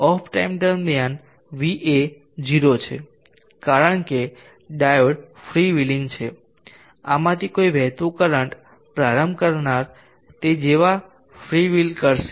of time દરમિયાન Va એ 0 છે કારણ કે ડાયોડ ફ્રી વ્હિલિંગ છે આમાંથી કોઈ વહેતું કરંટ પ્રારંભ કરનાર તે જેવા ફ્રી વ્હીલ કરશે